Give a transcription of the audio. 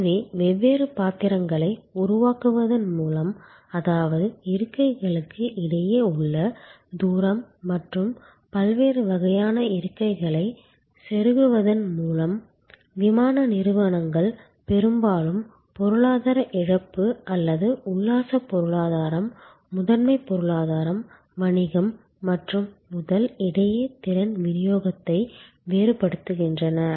எனவே வெவ்வேறு பாத்திரங்களை உருவாக்குவதன் மூலம் அதாவது இருக்கைகளுக்கு இடையே உள்ள தூரம் மற்றும் பல்வேறு வகையான இருக்கைகளை செருகுவதன் மூலம் விமான நிறுவனங்கள் பெரும்பாலும் பொருளாதார இழப்பு அல்லது உல்லாசப் பொருளாதாரம் முதன்மைப் பொருளாதாரம் வணிகம் மற்றும் முதல் இடையே திறன் விநியோகத்தை வேறுபடுத்துகின்றன